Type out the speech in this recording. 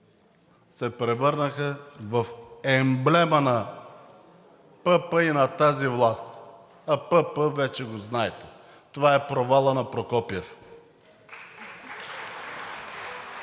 се превърна в емблема на ПП и на тази власт, а ПП вече го знаете – това е „Провалът на Прокопиев“.